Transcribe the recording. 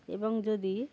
এবং যদি